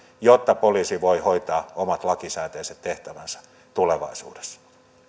jotta poliisi voi hoitaa omat lakisääteiset tehtävänsä tulevaisuudessa